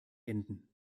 enden